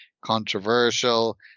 controversial